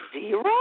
zero